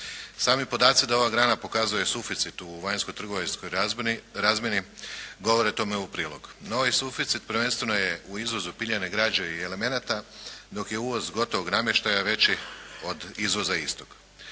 Sami podaci …/Govornik se ne razumije./… u vanjsko trgovinskoj razmjeni govore tome u prilog. Na ovaj suficit prvenstveno je u izvozu piljene građe i elemenata dok je uvoz gotovog namještaja već od izvoza istog.